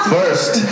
First